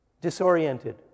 disoriented